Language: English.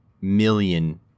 million